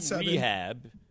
rehab